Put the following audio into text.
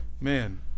Man